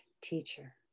teacher